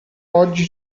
oggi